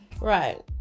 Right